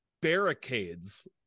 barricades